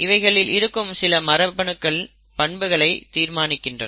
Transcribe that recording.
இவைகளில் இருக்கும் சில மரபணுக்கள் பண்புகளை தீர்மானிக்கின்றன